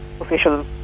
official